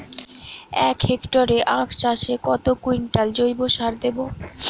এক হেক্টরে আখ চাষে কত কুইন্টাল জৈবসার দেবো?